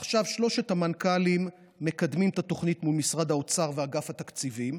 עכשיו שלושת המנכ"לים מקדמים את התוכנית מול משרד האוצר ואגף התקציבים,